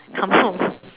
come home